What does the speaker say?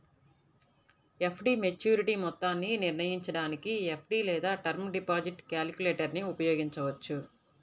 FD maturity మొత్తాన్ని నిర్ణయించడానికి FD లేదా టర్మ్ డిపాజిట్ క్యాలిక్యులేటర్ను ఉపయోగించవచ్చు